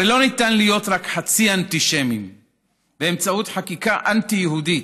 הרי לא ניתן להיות רק חצי אנטישמים באמצעות חקיקה אנטי-יהודית.